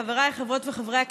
חבריי חברות וחברי הכנסת,